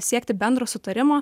siekti bendro sutarimo